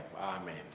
Amen